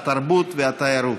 התרבות והתיירות.